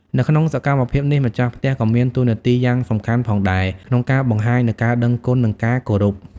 នៅក្នុងសកម្មភាពនេះ ម្ចាស់ផ្ទះក៏មានតួនាទីយ៉ាងសំខាន់ផងដែរក្នុងការបង្ហាញនូវការដឹងគុណនិងការគោរព។